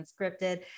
unscripted